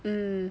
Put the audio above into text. mm